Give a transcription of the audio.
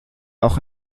auch